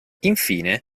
infine